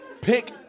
Pick